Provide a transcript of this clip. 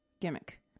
gimmick